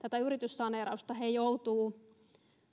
yrityssaneerausta he joutuvat